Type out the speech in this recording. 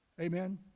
Amen